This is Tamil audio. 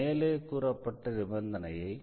மேலே கூறப்பட்ட நிபந்தனையை y1 y2